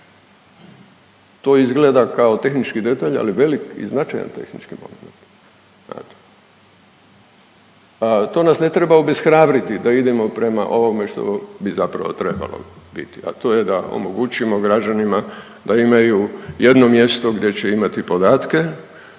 To izgleda kao tehnički detalj, ali velik i značajan tehnički .../Govornik se ne razumije./... a to nas ne treba obeshrabriti da idemo prema ovome što bi zapravo trebalo biti, a to je da omogućimo građanima da imaju jedno mjesto gdje će imati podatke,